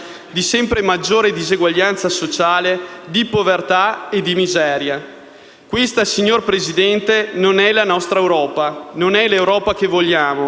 di sempre maggior diseguaglianza sociale, di povertà e di miseria. Questa, signor Presidente, non è la nostra Europa. Non è l'Europa che vogliamo,